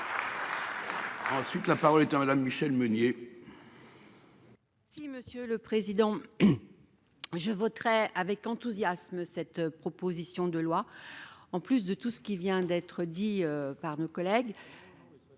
Suite, la parole est à madame Michèle Meunier. Si Monsieur le Président. Je voterai avec enthousiasme, cette proposition de loi en plus de tout ce qui vient d'être dit par nos collègues.